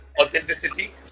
authenticity